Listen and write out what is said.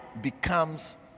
becomes